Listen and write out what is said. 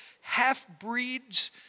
half-breeds